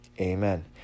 amen